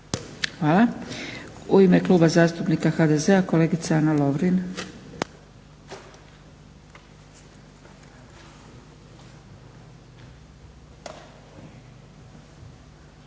Hvala. U ime Kluba zastupnika HDZ-a kolegica Ana Lovrin.